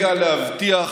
והרגע להבטיח